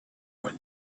when